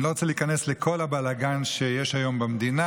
אני לא רוצה להיכנס לכל הבלגן שיש היום במדינה,